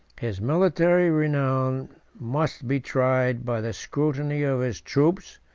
his military renown must be tried by the scrutiny of his troops,